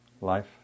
Life